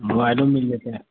मोबाइलो मिल जेतै